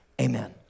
Amen